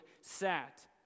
sat